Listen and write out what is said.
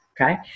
okay